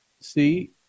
see